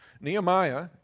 Nehemiah